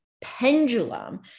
pendulum